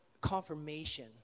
confirmation